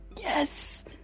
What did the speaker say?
Yes